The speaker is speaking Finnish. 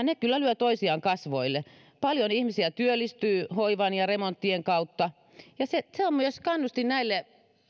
ne kyllä lyövät toisiaan kasvoille paljon ihmisiä työllistyy hoivan ja remonttien kautta ja se se on myös kannustin näille